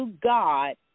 God